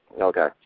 Okay